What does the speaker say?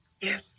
Yes